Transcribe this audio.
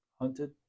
hunted